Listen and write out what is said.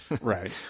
Right